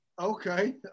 Okay